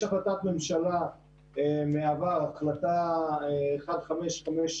יש החלטת ממשלה מהעבר, החלטה 1557